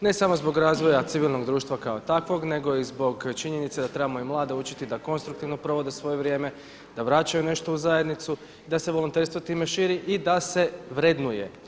Ne samo zbog razvoja civilnog društva kao takvog nego i zbog činjenice da trebamo i mlade učiti da konstruktivno provode svoje vrijeme, da vraćaju nešto u zajednicu i da se volonterstvo time širi i da se vrednuje.